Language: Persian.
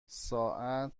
ساعت